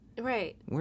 Right